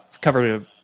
covered